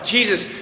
Jesus